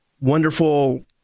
wonderful